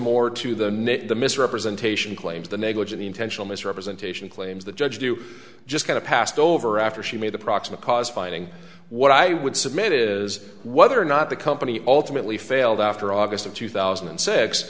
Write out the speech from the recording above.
more to the net the misrepresentation claims the negligent intentional misrepresentation claims the judge do just kind of passed over after she made the proximate cause finding what i would submit is what or not the company ultimately failed after august of two thousand and six